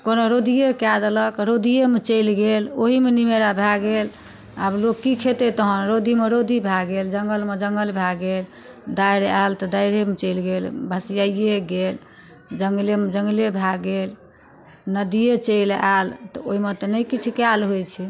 कोनो रौदिये कए देलक रौदियेमे चलि गेल ओहिमे निमेरा भए गेल आब लोक कि खेतै तहन रौदीमे रौदी भए गेल जङ्गलमे जङ्गल भए गेल दारि आयल तऽ दाइरेमे चलि गेल भसियाये गेल जङ्गलेमे जङ्गले भए गेल नदिये चलि आयल तऽ ओइमे तऽ नहि किछु कयल होइ छै